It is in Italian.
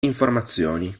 informazioni